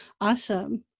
awesome